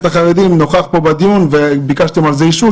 החרדיים נוכח פה בדיון וביקשתם על זה אישור,